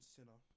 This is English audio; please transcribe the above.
Sinner